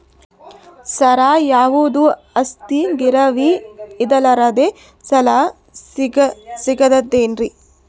ಸರ, ಯಾವುದು ಆಸ್ತಿ ಗಿರವಿ ಇಡಲಾರದೆ ಸಾಲಾ ಸಿಗ್ತದೇನ್ರಿ?